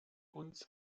uns